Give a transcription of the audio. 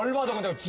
was and